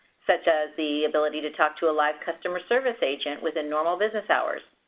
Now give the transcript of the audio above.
such as the ability to talk to a live customer service agent within normal business hours.